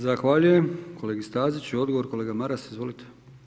Zahvaljujem kolegi Staziću, odgovor kolega Maras, izvolite.